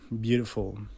beautiful